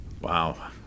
Wow